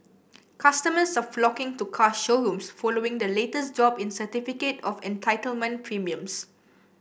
customers are flocking to car showrooms following the latest drop in certificate of entitlement premiums